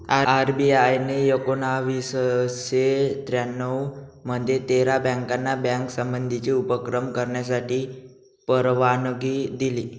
RBI ने एकोणावीसशे त्र्यानऊ मध्ये तेरा बँकाना बँक संबंधीचे उपक्रम करण्यासाठी परवानगी दिली